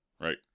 Right